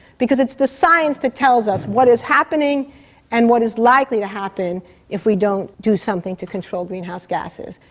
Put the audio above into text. because it's the science that tells us what is happening and what is likely to happen if we don't do something to control greenhouse gases.